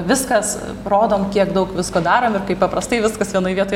viskas rodom kiek daug visko darom ir kaip paprastai viskas vienoj vietoj